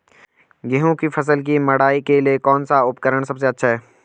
गेहूँ की फसल की मड़ाई के लिए कौन सा उपकरण सबसे अच्छा है?